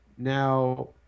Now